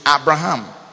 abraham